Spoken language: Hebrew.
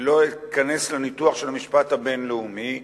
ולא אכנס לניתוח של המצב הבין-לאומי לפרטיו,